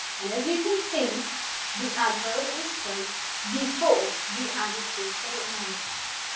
and as you can, see the adverb is placed before the adjective that it modifies.